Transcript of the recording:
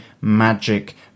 magic